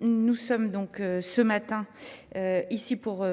nous sommes réunis ici ce matin